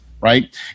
right